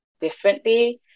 differently